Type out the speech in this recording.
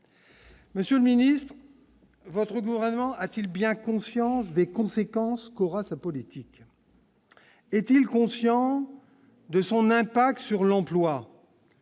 Monsieur le Ministre votre moralement, a-t-il bien conscience des conséquences qu'aura sa politique est-il conscient de son impact sur l'emploi.